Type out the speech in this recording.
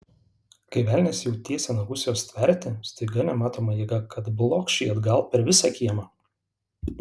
kai velnias jau tiesė nagus jos stverti staiga nematoma jėga kad blokš jį atgal per visą kiemą